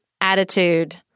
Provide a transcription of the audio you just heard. attitude